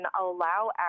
allow